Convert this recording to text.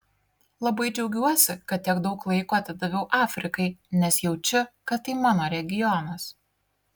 labai džiaugiuosi kad tiek daug laiko atidaviau afrikai nes jaučiu kad tai mano regionas